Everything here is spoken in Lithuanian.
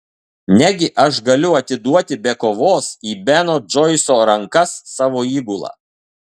negi aš galiu atiduoti be kovos į beno džoiso rankas savo įgulą